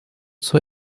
zur